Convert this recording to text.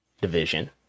division